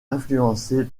influencés